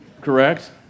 correct